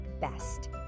best